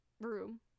room